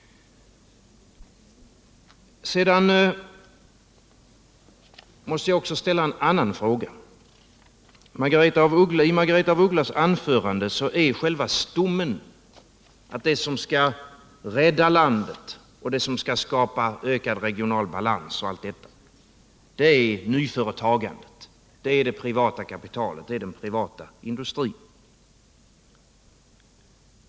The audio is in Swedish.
Sedan måste jag också ställa en annan fråga. I Margaretha af Ugglas anförande är själva stommen att det som skall rädda landet, skapa ökad regional balans osv., är nyföretagandet, det privata kapitalet, den privata industrin.